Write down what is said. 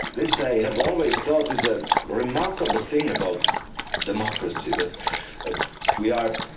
they say. have always thought is a remarkable thing about democracy, that we are